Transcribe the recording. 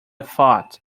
thought